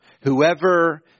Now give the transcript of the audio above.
Whoever